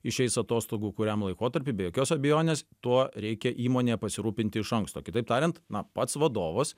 išeis atostogų kuriam laikotarpiui be jokios abejonės tuo reikia įmonėje pasirūpinti iš anksto kitaip tariant na pats vadovas